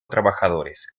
trabajadores